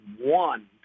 one